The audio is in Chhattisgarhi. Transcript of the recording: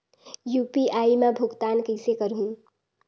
यू.पी.आई मा भुगतान कइसे करहूं?